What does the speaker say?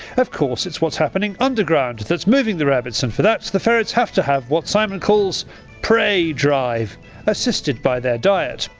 of course it's what's happening under ground that's moving the rabbits and for that the ferrets have to have what simon calls prey drive assisted by their diet.